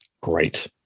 Great